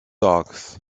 dogs